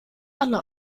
alle